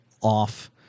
off